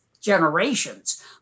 generations